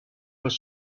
was